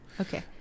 okay